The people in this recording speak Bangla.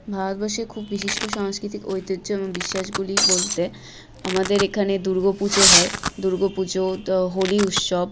ভারতবর্ষে খুব বিশিষ্ট সাংস্কৃতিক ঐতিহ্য এবং বিশ্বাসগুলি বলতে আমাদের এখানে দুর্গা পুজো হয় দুর্গা পুজো তো হোলি উৎসব